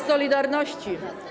Solidarności”